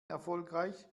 erfolgreich